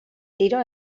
tiro